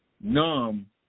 numb